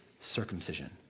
circumcision